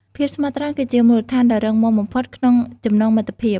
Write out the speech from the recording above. ភាពស្មោះត្រង់គឺជាមូលដ្ឋានដ៏រឹងមាំបំផុតក្នុងចំណងមិត្តភាព។